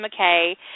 McKay